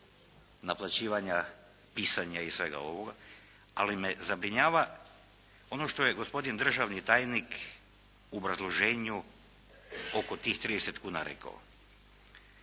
naplaćivanja, pisanja i svega ovoga. Ali me zabrinjava ono što je gospodin državni tajnik u obrazloženju oko tih 30 kuna rekao.